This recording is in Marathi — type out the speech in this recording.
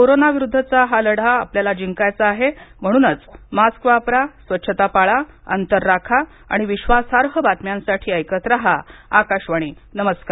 कोरोना विरुद्धचा हा लढा आपल्याला जिंकायचा आहे म्हणूनच मास्क वापरा स्वच्छता पाळा अंतर राखा आणि विश्वासार्ह बातम्यांसाठी ऐकत रहा आकाशवाणी नमस्कार